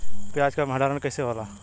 प्याज के भंडारन कइसे होला?